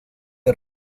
que